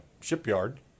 shipyard